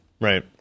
Right